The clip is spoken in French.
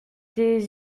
des